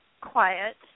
quiet